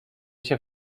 się